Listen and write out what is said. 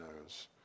knows